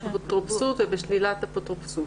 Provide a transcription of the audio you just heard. באפוטרופסות ובשלילת אפוטרופסות.